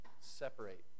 separate